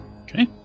Okay